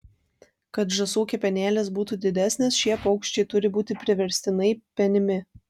kad žąsų kepenėlės būtų didesnės šie paukščiai turi būti priverstinai penimi